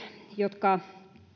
jotka